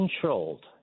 controlled